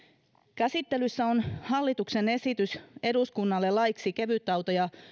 käsittelyssä on hallituksen esitys eduskunnalle laiksi kevytautoja